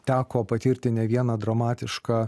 teko patirti ne vieną dramatišką